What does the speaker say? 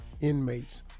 inmates